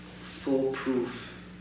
foolproof